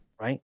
Right